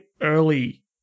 early